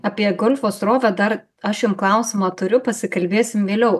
apie golfo srovę dar aš jum klausimą turiu pasikalbėsim vėliau